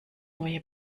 neue